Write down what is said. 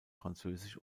französisch